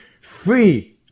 free